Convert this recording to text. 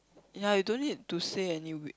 ya you don't need to say any week